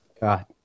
God